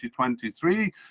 2023